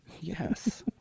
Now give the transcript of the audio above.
Yes